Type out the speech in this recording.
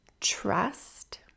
trust